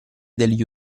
degli